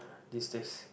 this taste